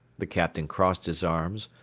the captain crossed his arms,